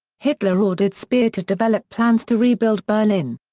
hitler ordered speer to develop plans to rebuild berlin.